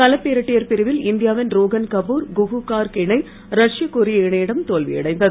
கலப்பு இரட்டையர் பிரிவில் இந்தியாவின் ரோகன் கபூர் குஹு கார்க் இணை ரஷ்ய கொரிய இணையிடம் தோல்வியடைந்தது